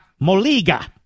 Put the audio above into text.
Moliga